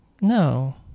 No